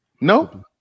No